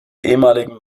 ehemaligen